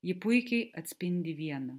ji puikiai atspindi vieną